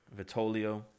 Vitolio